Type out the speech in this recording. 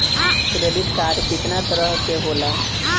Credit card कितना तरह के होला?